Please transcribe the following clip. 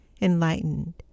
enlightened